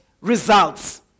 results